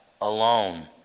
alone